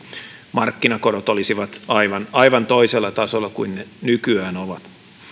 markkinakorot olisivat aivan aivan toisella tasolla kuin ne nykyään ovat